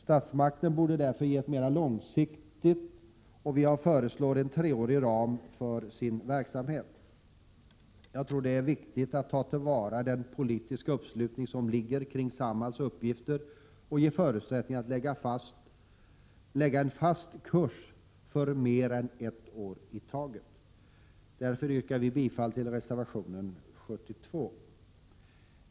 Statsmakten borde därför ge ett mera långsiktigt stöd, och vi föreslår en treårig ram för verksamheten. Jag tror att det är viktigt att ta till vara den politiska uppslutningen kring Samhalls uppgifter och ge förutsättningar att lägga en fast kurs för mer än ett år i taget. Därför yrkar vi bifall till reservation 72.